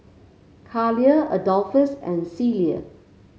Caleigh Adolphus and Celie